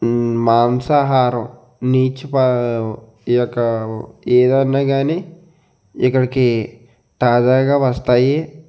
మాంసాహారం నీచుపా ఈ యొక్క ఏదన్న కానీ ఇక్కడికి తాజాగా వస్తాయి